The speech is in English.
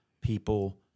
people